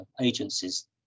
agencies